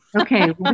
Okay